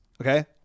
Okay